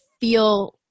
feel